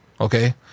okay